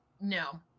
No